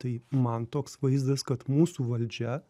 tai man toks vaizdas kad mūsų valdžia